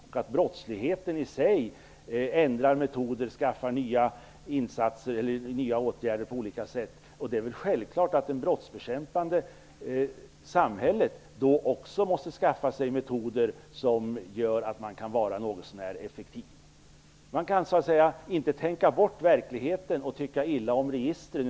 Om brottsligheten ändrar sina metoder och på olika sätt skaffar sig möjligheter till nya insatser och åtgärder, är det väl självklart att också det brottsbekämpande samhället måste skaffa sig metoder som gör att man kan bli någorlunda effektiv. Man kan inte så att säga tänka bort verkligheten, och bara tycka illa om registren.